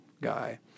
guy